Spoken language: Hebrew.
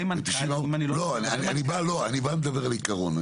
לא, אני בא מדבר על העיקרון.